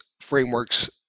frameworks